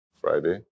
Friday